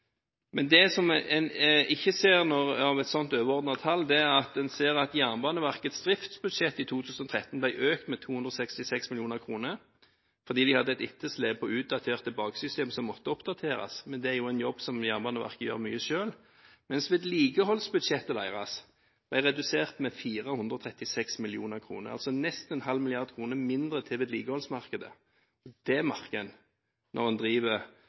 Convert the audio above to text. men allikevel stort nok for de entreprenørene det går ut over. Det man ikke ser av et sånt overordnet tall, er at Jernbaneverkets driftsbudsjett for 2013 ble økt med 266 mill. kr, fordi man hadde et etterslep på utdaterte baksystemer som måtte oppdateres. Det er en jobb som Jernbaneverket gjør av mye selv. Men vedlikeholdsbudsjettet deres ble redusert med 436 mill. kr, altså nesten ½ mrd. kr mindre til vedlikeholdsmarkedet. Det merker man når